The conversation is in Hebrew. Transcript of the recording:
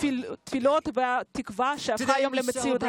התפילות והתקווה שמובעות בה הפכו היום למציאות.